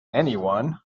anyone